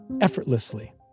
effortlessly